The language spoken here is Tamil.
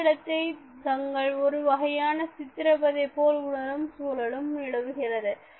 பணியிடத்தை தங்கள் ஒருவகையான சித்திரவதை போல் உணரும் சூழலும் நிலவுகிறது